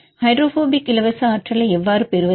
hydrophobic இலவச ஆற்றலை எவ்வாறு பெறுவது